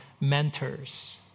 mentors